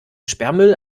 sperrmüll